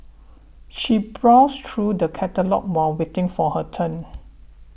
she browsed through the catalogues while waiting for her turn